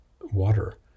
water